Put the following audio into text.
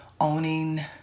owning